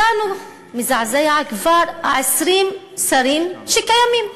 אותנו מזעזעים כבר 20 השרים שקיימים,